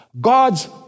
God's